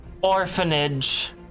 orphanage